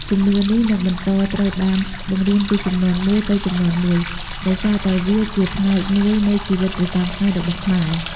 ជំនឿនេះនឹងបន្តត្រូវបានបង្រៀនពីជំនាន់មួយទៅជំនាន់មួយ ដោយសារតែវាជាផ្នែកមួយនៃជីវិតប្រចាំថ្ងៃរបស់ខ្មែរ។